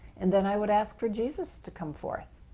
and then i would ask for jesus to come forth.